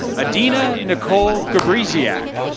edina nicole cabrisiak